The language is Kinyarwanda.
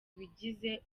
bigize